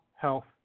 health